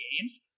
games